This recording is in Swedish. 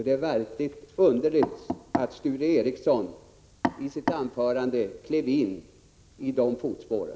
Det är underligt att Sture Ericson i sitt anförande klev in i de fotspåren.